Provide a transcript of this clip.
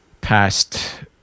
past